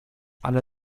ale